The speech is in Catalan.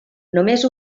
només